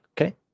okay